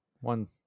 one